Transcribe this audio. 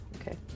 Okay